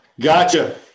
Gotcha